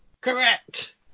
correct